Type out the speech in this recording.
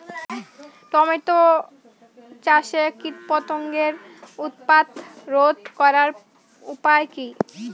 Tomato চাষে কীটপতঙ্গের উৎপাত রোধ করার উপায় কী?